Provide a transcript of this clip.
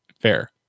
Fair